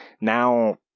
Now